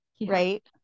right